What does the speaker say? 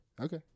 Okay